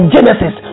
Genesis